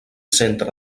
centre